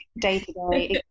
day-to-day